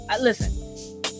listen